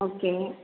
okay